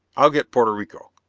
i'll get porto rico.